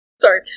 Sorry